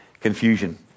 confusion